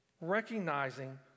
Recognizing